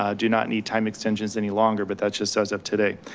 ah do not need time extensions any longer. but that's just as of today.